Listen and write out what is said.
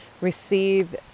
receive